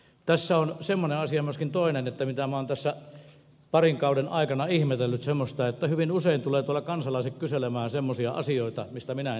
tässä on myöskin toinen semmoinen asia mitä minä olen parin kauden aikana ihmetellyt että hyvin usein tulevat kansalaiset kyselemään semmoisia asioita mistä minä en tiedä mitään